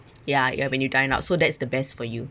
ya ya when you dine out so that's the best for you